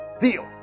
Deal